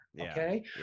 okay